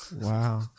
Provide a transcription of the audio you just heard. Wow